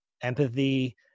empathy